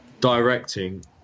directing